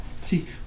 See